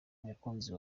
umukunzi